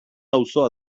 auzoa